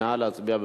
נא להצביע.